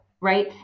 right